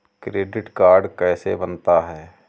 Credit card कैसे बनता है?